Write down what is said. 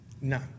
No